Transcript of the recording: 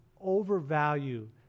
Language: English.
overvalue